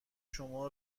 شما